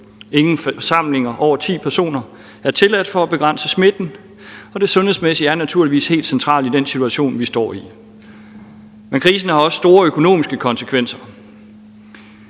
personer er tilladt for at begrænse smitten, og det sundhedsmæssige er naturligvis helt centralt i den situation, vi står i. Men krisen har også store økonomiske konsekvenser.